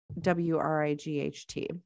W-R-I-G-H-T